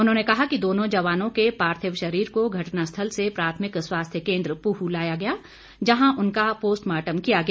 उन्होंने कहा कि दोनों जवानों के पार्थिव शरीर को घटनास्थल से प्राथमिक स्वास्थ्य केन्द्र पूह लाया गया जहां उनका पोस्टमार्टम किया गया